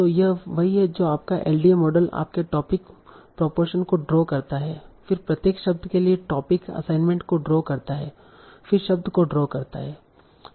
तो यह वही है जो आपका एलडीए मॉडल आपके टोपिक प्रोपोरशन को ड्रा करता है फिर प्रत्येक शब्द के लिए टोपिक असाइनमेंट को ड्रा करता है और फिर शब्द को ड्रा करता है